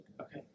Okay